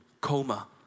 coma